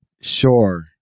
Sure